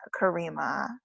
Karima